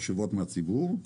הציבור.